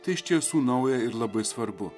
tai iš tiesų nauja ir labai svarbu